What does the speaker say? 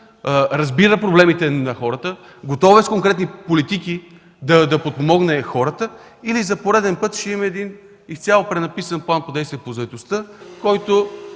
разбира проблемите на хората и е готово с конкретни политики да подпомогне хората, или за пореден път ще имаме един изцяло пренаписан План за действие по заетостта, който